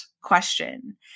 question